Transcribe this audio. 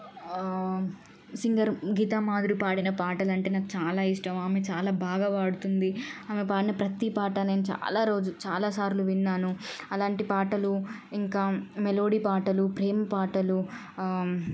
singer Geetha Madhuri పాడిన పాటలంటే నాకు చాలా ఇష్టం ఆమె చాలా బాగా పాడుతుంది ఆమె పాడిన ప్రతీ పాట నేను చాలా రోజు చాలా సార్లు విన్నాను అలాంటి పాటలు ఇంకా మెలోడీ పాటలు ప్రేమ పాటలు